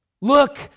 Look